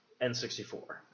N64